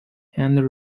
and